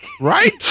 right